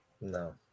No